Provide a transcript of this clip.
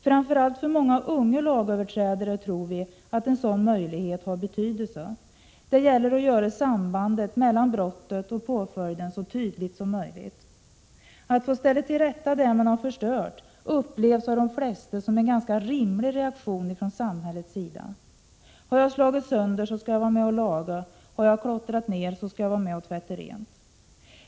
Framför allt för många unga lagöverträdare tror vi att en sådan möjlighet har betydelse. Det gäller att göra sambandet mellan brottet och påföljden så tydligt som möjligt. Att man får ställa till rätta det man har förstört upplevs av de flesta som ett ganska rimligt krav från samhällets sida. Har jag slagit sönder, skall jag vara med och laga, och har jag klottrat, skall jag vara med och tvätta rent.